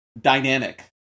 dynamic